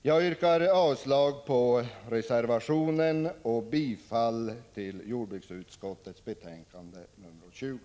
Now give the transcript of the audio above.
Jag yrkar avslag på reservationen och motionerna samt bifall till jordbruksutskottets hemställan i betänkande 20.